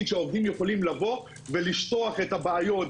שהעובדים יכולים לבוא ולשטוח את הבעיות,